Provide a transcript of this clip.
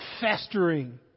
festering